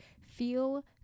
Feel